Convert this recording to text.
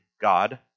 God